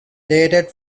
dated